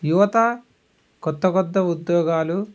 యువత క్రొత్త క్రొత్త ఉద్యోగాలు